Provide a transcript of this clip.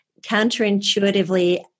counterintuitively